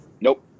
Nope